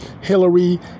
Hillary